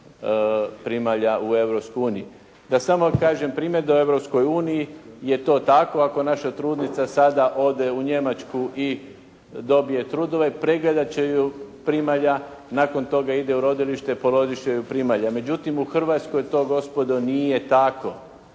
razumije./… Europskoj uniji je to takva ako naša trudnica sada ode u Njemačku dobije trudove, pregledati će ju primalja, nakon toga ide u rodilište i poroditi će ju primalja. Međutim u Hrvatskoj to gospodo to nije tako